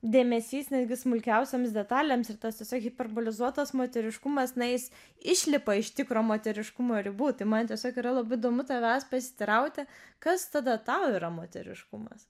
dėmesys netgi smulkiausioms detalėms ir tas tiesiog hiperbolizuotas moteriškumas na jis išlipa iš tikro moteriškumo ribų tai man tiesiog yra labai įdomu tavęs pasiteirauti kas tada tau yra moteriškumas